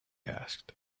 asked